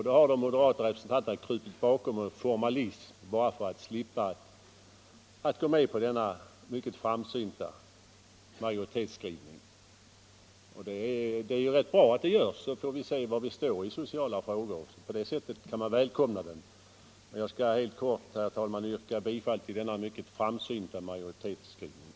Då har de moderata representanterna krupit bakom en formalism bara för att slippa att gå med på denna mycket framsynta majoritetsskrivning. Det är ju rätt bra att man gör detta så att vi ser var man står i sociala frågor. På det sättet kan vi välkomna reservationen. Jag skall, herr talman, helt kort yrka bifall till den mycket framsynta majoritetsskrivningen.